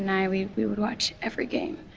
and i, we we would watch every game,